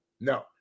no